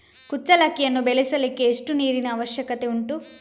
ಕುಚ್ಚಲಕ್ಕಿಯನ್ನು ಬೆಳೆಸಲಿಕ್ಕೆ ಎಷ್ಟು ನೀರಿನ ಅವಶ್ಯಕತೆ ಉಂಟು?